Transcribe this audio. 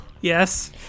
yes